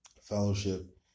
fellowship